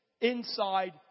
inside